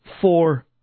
four